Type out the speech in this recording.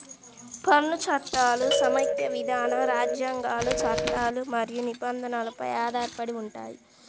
పన్ను చట్టాలు సమాఖ్య విధానం, రాజ్యాంగాలు, చట్టాలు మరియు నిబంధనలపై ఆధారపడి ఉంటాయి